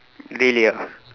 really ah